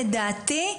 לדעתי,